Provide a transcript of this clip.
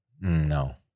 No